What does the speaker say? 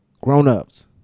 grown-ups